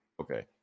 Okay